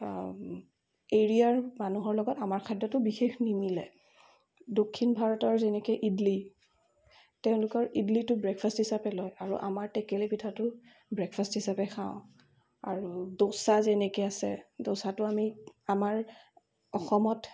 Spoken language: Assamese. এৰিয়াৰ মানুহৰ লগত আমাৰ খাদ্যটো বিশেষ নিমিলে দক্ষিণ ভাৰতৰ যেনেকৈ ইডলি তেওঁলোকৰ ইডলিটো ব্ৰেকফাষ্ট হিচাপে লয় আৰু আমাৰ টেকেলি পিঠাটো ব্ৰেকফাষ্ট হিচাপে খাওঁ আৰু ড'চা যেনেকৈ আছে ড'চাটো আমি আমাৰ অসমত